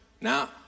Now